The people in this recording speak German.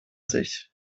sich